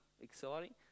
exciting